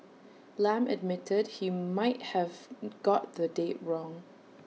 Lam admitted he might have got the date wrong